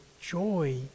joy